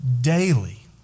daily